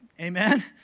Amen